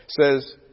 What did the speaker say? says